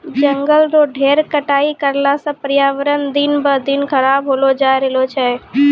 जंगल रो ढेर कटाई करला सॅ पर्यावरण दिन ब दिन खराब होलो जाय रहलो छै